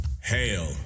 Hail